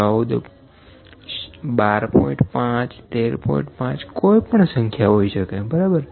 5 કોઈ પણ સંખ્યા હોઈ શકે બરાબર